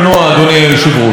אדוני היושב-ראש?